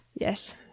Yes